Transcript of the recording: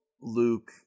Luke